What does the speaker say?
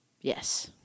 Yes